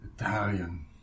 Italian